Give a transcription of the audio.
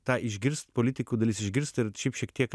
tą išgirst politikų dalis išgirst ir šiaip šiek tiek